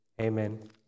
Amen